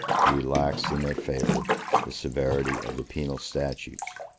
who relaxed in their favor the severity of the penal statutes,